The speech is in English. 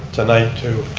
tonight too.